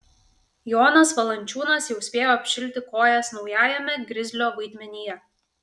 jonas valančiūnas jau spėjo apšilti kojas naujajame grizlio vaidmenyje